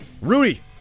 Rudy